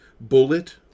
Bullet